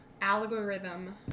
Algorithm